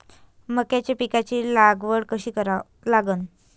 मक्याच्या पिकाची लागवड कशी करा लागन?